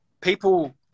people –